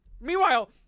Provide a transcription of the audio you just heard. Meanwhile